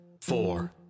Four